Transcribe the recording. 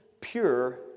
pure